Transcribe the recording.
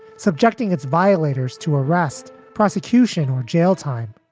subjecting its violators to arrest prosecution or jail time.